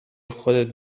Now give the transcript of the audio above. خودت